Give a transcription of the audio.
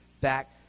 back